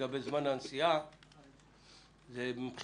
לגבי זמן הנסיעה מבחינתי,